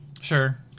sure